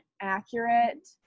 accurate